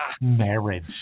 marriage